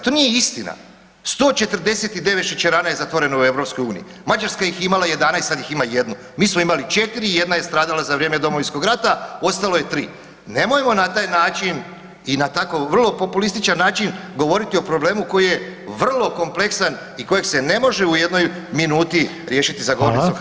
To nije istina, 149 šećerana je zatvoreno u EU, Mađarska ih je imala 11 sad ih ima jednu, mi smo imali 4 i jedna je stradala za vrijeme Domovinskog rata, ostalo je 3. Nemojmo na taj način i na tako vrlo populističan način govoriti o problemu koji je vrlo kompleksan i kojeg se ne može u jednoj minuti riješiti za govornicom HS.